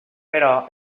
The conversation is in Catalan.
però